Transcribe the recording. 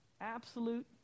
absolute